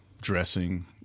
dressing